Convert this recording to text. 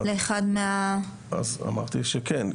אז אמרתי שכן.